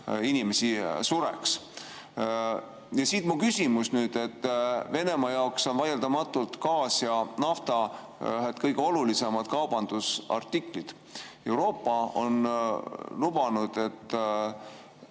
inimesi sureks. Ja siit mu küsimus. Venemaa jaoks on vaieldamatult gaas ja nafta ühed kõige olulisemad kaubandusartiklid. Euroopa on lubanud, et